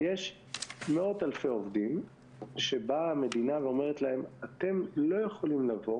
יש מאות אלפי עובדים שבאה המדינה ואומרת להם: אתם לא יכולים לבוא